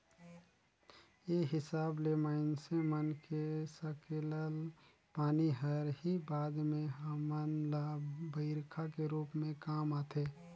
ए हिसाब ले माइनसे मन के सकेलल पानी हर ही बाद में हमन ल बईरखा के रूप में काम आथे